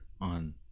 on